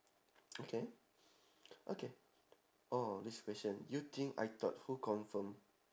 okay okay oh this question you think I thought who confirm